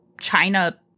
china